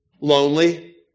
lonely